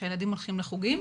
כשהילדים הולכים לחוגים,